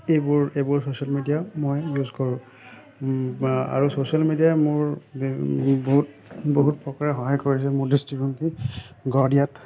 এইবোৰ এইবোৰ social media মই ইউজ কৰোঁ আৰু ছ'চিয়েল মিডিয়াই মোৰ বহুত বহুত প্ৰকাৰে সহায় কৰিছে মোৰ দৃষ্টিভংগী গঢ় দিয়াত